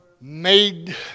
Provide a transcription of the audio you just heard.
made